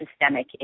systemic